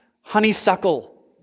honeysuckle